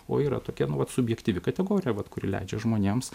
o yra tokia nuolat subjektyvi kategorija vat kuri leidžia žmonėms